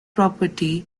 property